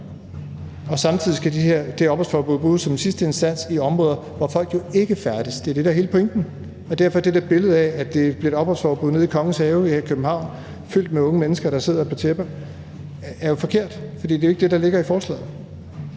Samtidig skal det her opholdsforbud bruges som en sidste instans i områder, hvor folk jo ikke færdes. Det er det, der er hele pointen. Derfor er det der billede af, at der kommer et opholdsforbud nede i Kongens Have her i København fyldt med unge mennesker, der sidder på tæpper, forkert, for det er jo ikke det, der ligger i forslaget.